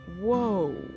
whoa